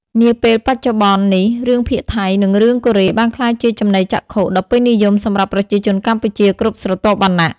នាពេលបច្ចុប្បន្ននេះ រឿងភាគថៃ និងរឿងកូរ៉េបានក្លាយជាចំណីចក្ខុដ៏ពេញនិយមសម្រាប់ប្រជាជនកម្ពុជាគ្រប់ស្រទាប់វណ្ណៈ។